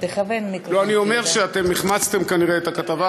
אני אומר שהחמצתם כנראה את הכתבה